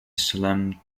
solemn